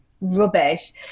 rubbish